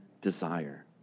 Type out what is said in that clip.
desire